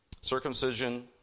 circumcision